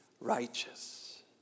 righteous